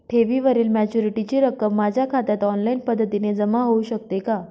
ठेवीवरील मॅच्युरिटीची रक्कम माझ्या खात्यात ऑनलाईन पद्धतीने जमा होऊ शकते का?